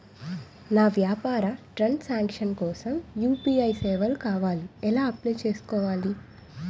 నా వ్యాపార transaction కోసం యు.పి.ఐ సేవలు కావాలి ఎలా అప్లయ్ చేసుకోవాలి?